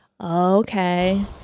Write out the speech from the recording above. Okay